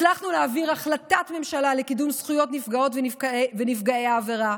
הצלחנו להעביר החלטת ממשלה לקידום זכויות נפגעות ונפגעי עבירה,